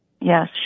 Yes